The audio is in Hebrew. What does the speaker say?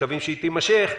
מקווים שתימשך,